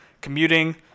commuting